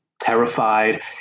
terrified